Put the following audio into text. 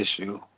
issue